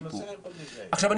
עכשיו,